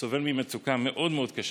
סובל ממצוקה מאוד מאוד קשה.